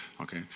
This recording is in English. okay